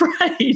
Right